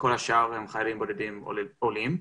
כל השאר הם חיילים בודדים עולים.